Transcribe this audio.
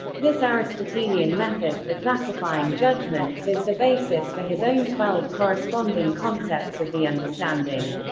this aristotelian method for classifying judgments is the basis for his own twelve corresponding concepts of the understanding.